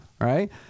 right